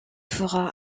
fera